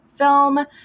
film